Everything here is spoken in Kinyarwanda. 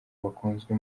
bakunzwe